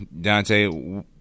Dante